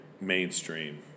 mainstream